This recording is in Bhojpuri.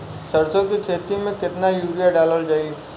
सरसों के खेती में केतना यूरिया डालल जाई?